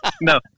no